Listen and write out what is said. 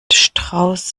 strauß